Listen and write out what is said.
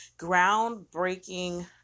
groundbreaking